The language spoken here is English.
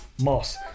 Moss